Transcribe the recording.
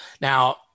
now